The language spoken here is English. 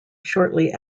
shortly